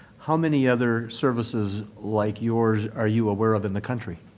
how many other services like yours are you aware of in the country?